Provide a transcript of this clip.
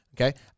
Okay